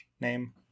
name